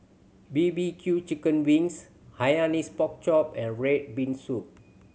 B B Q chicken wings Hainanese Pork Chop and red bean soup